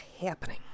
happening